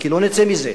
כי לא נצא מזה.